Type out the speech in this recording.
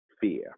fear